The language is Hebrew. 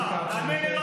תענו על זה, תענה על זה.